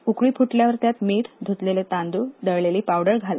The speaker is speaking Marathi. उकळी फुटल्यावर त्यात मीठ धुतलेले तांदुळ दळलेली पावडर घाला